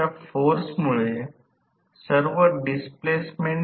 तर 1 S 1 S रद्द होईल